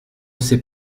sait